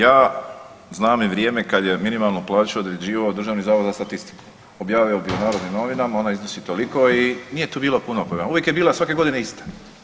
Ja znam i vrijeme kad je minimalnu plaću određivao Državni zavod za statistiku, objavio bi u Narodnim novinama ona iznosi toliko i nije tu bilo puno problema, uvijek je bila svake godine ista.